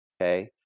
okay